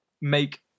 make